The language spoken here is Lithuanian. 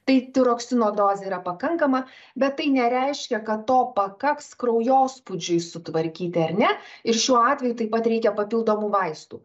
tai tiroksino dozė yra pakankama bet tai nereiškia kad to pakaks kraujospūdžiui sutvarkyti ar ne ir šiuo atveju taip pat reikia papildomų vaistų